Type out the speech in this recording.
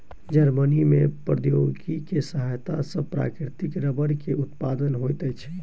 Germany में प्रौद्योगिकी के सहायता सॅ प्राकृतिक रबड़ के उत्पादन होइत अछि